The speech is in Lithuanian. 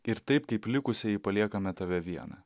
ir taip kaip likusieji paliekame tave vieną